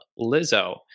Lizzo